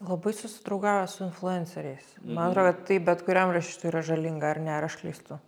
labai susidraugauja su influenceriais man atrodo tai bet kuriam rašytojui yra žalinga ar ne ar aš klystu